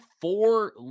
four